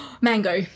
Mango